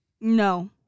No